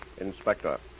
Inspector